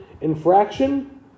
infraction